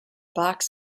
box